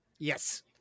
Yes